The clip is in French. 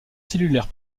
cellulaire